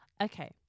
Okay